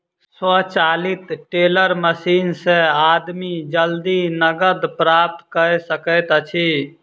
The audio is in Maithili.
स्वचालित टेलर मशीन से आदमी जल्दी नकद प्राप्त कय सकैत अछि